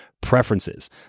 preferences